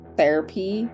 therapy